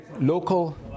local